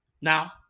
Now